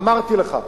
אמרתי לך: